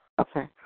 Okay